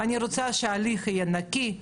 אני רוצה שההליך יהיה נקי,